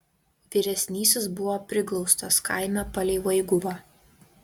vyresnysis buvo priglaustas kaime palei vaiguvą